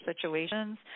situations